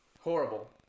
Horrible